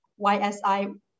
YSI